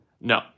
No